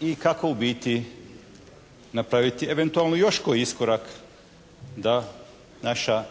i kako u biti napraviti eventualno još koji iskorak da naša